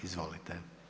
Izvolite.